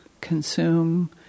consume